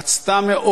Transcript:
2. מה ייעשה בנדון?